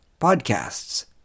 podcasts